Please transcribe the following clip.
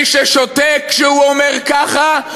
מי ששותק כשהוא אומר ככה?